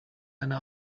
eine